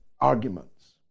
arguments